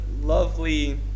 lovely